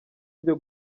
byo